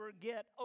get